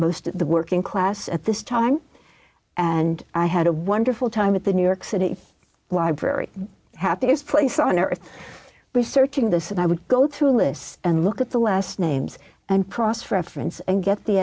most of the working class at this time and i had a wonderful time at the new york city library happiest place on earth researching this and i would go through a list and look at the last names and process reference and get the